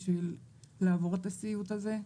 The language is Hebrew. בשביל לעבור את הסיוט הזה,